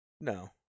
No